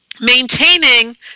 Maintaining